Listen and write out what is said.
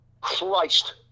Christ